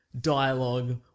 dialogue